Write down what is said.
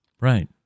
right